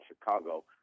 Chicago